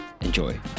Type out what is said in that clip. enjoy